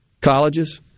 colleges